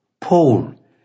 Paul